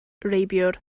rheibiwr